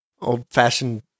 old-fashioned